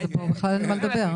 אין פה בכלל על מה לדבר.